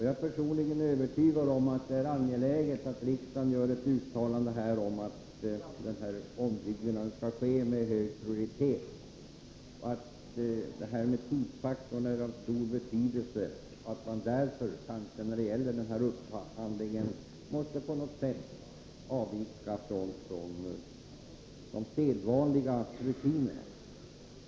Jag är personligen övertygad om att det är angeläget att riksdagen gör ett uttalande om att denna ombyggnad skall ske med hög prioritet och att tidsfaktorn är av stor betydelse och att man därför när det gäller den här upphandlingen på något sätt måste avvika från de sedvanliga rutinerna.